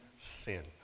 sin